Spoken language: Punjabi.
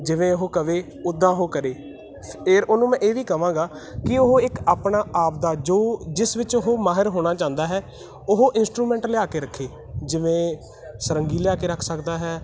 ਜਿਵੇਂ ਉਹ ਕਹੇ ਉੱਦਾਂ ਉਹ ਕਰੇ ਫੇਰ ਉਹਨੂੰ ਮੈਂ ਇਹ ਵੀ ਕਹਾਂਗਾ ਕਿ ਉਹ ਇੱਕ ਆਪਣਾ ਆਪਦਾ ਜੋ ਜਿਸ ਵਿੱਚ ਉਹ ਮਾਹਿਰ ਹੋਣਾ ਚਾਹੁੰਦਾ ਹੈ ਉਹ ਇੰਸਟਰੂਮੈਂਟ ਲਿਆ ਕੇ ਰੱਖੇ ਜਿਵੇਂ ਸਾਰੰਗੀ ਲਿਆ ਕੇ ਰੱਖ ਸਕਦਾ ਹੈ